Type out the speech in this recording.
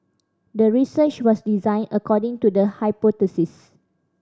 the research was designed according to the hypothesis